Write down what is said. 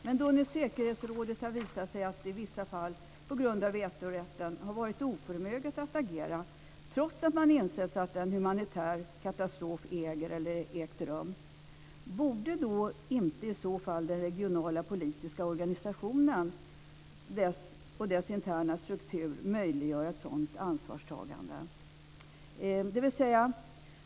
Men då säkerhetsrådet har visat sig i vissa fall, på grund av vetorätten, vara oförmöget att agera, trots att man har insett att en humanitär katastrof äger eller har ägt rum, borde inte den regionala politiska organisationen och dess interna struktur möjliggöra ett sådant ansvarstagande?